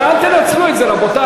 אבל אל תנצלו את זה, רבותי.